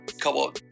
couple